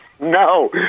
No